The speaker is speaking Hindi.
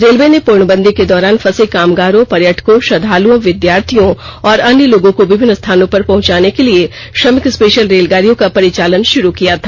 रेलर्वे ने पूर्णबंदी के दौरान फंसे कामगारों पर्यटकों श्रद्धालुओं विद्यार्थियों और अन्य लोगों को विभिन्न स्थानों पर पहुंचाने के लिए श्रमिक स्पेशल रेलगाड़ियों का परिचालन श्रू किया था